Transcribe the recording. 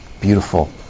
beautiful